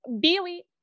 Billy